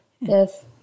Yes